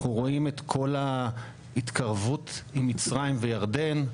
אנחנו רואים את כל ההתקרבות עם מצרים וירדן.